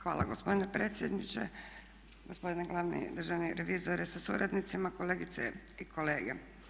Hvala gospodine predsjedniče, gospodine glavni državni revizore sa suradnicima, kolegice i kolege.